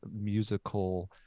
musical